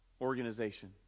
organization